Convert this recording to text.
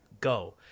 Go